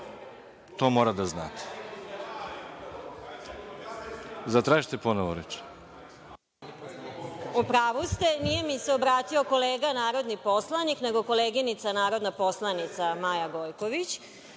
To morate da znate. Zatražite ponovo reč.